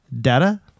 data